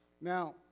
Now